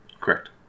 Correct